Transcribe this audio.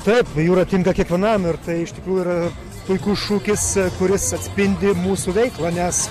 taip jūra tinka kiekvienam ir tai iš tikrųjų yra puikus šūkis kuris atspindi mūsų veiklą nes